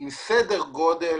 עם סדר גודל